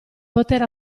poter